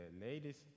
ladies